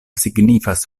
signifas